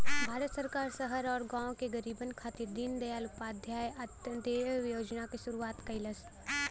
भारत सरकार शहर आउर गाँव के गरीबन खातिर दीनदयाल उपाध्याय अंत्योदय योजना क शुरूआत कइलस